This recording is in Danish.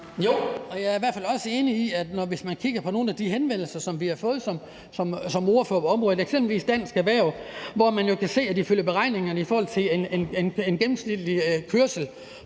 Jo. Og jeg er i hvert fald også enig i, at hvis man kigger på nogle af de henvendelser, som vi har fået som ordførere på området, eksempelvis fra Dansk Erhverv, så kan man jo se, at der ifølge beregningerne i forhold til en gennemsnitlig kørsel